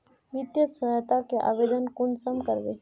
वित्तीय सहायता के आवेदन कुंसम करबे?